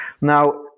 Now